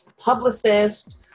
publicist